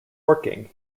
working